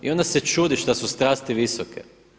I onda se čudi šta su strasti visoke.